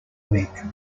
week